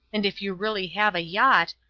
and if you really have a yacht,